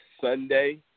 Sunday